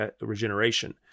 regeneration